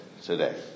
today